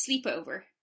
sleepover